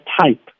type